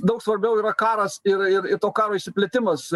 daug svarbiau yra karas ir ir ir to karo išsiplitimas